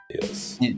Yes